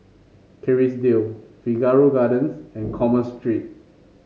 Kerrisdale Figaro Gardens and Commerce Street